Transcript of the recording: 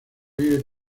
vive